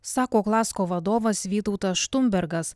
sako klasko vadovas vytautas štumbergas